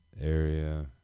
area